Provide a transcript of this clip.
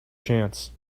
chance